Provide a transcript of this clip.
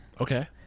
Okay